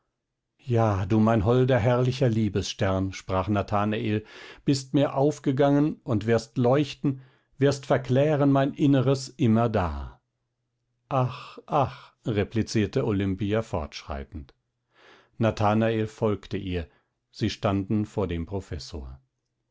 ja du mein holder herrlicher liebesstern sprach nathanael bist mir aufgegangen und wirst leuchten wirst verklären mein inneres immerdar ach ach replizierte olimpia fortschreitend nathanael folgte ihr sie standen vor dem professor